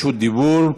דיבור.